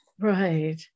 Right